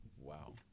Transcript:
Wow